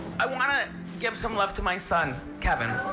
i wanna give some love to my son, kevin.